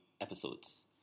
episodes